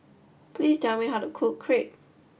please tell me how to cook Crepe